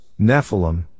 Nephilim